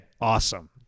awesome